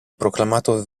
proclamato